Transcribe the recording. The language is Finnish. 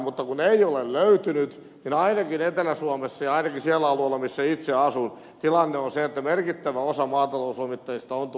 mutta kun ei ole löytynyt niin ainakin etelä suomessa ja ainakin sillä alueella missä itse asun tilanne on se että merkittävä osa maatalouslomittajista on tullut ulkomailta